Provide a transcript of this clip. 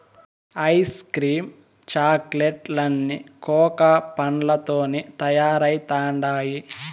ice cream chocolate లన్నీ cocoa పండ్లతోనే తయారైతండాయి